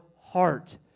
heart